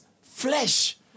flesh